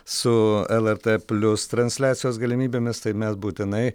su lrt plius transliacijos galimybėmis tai mes būtinai